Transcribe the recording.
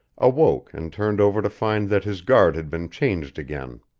awoke and turned over to find that his guard had been changed again.